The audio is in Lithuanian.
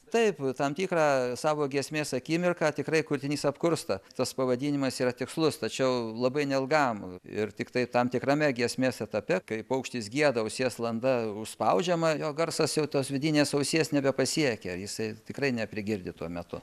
taip tam tikrą savo giesmės akimirką tikrai kurtinys apkursta tas pavadinimas yra tikslus tačiau labai neilgam ir tiktai tam tikrame giesmės etape kai paukštis gieda ausies landa užspaudžiama jo garsas jau tos vidinės ausies nebepasiekia jisai tikrai neprigirdi tuo metu